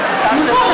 כאן זה לא ככה.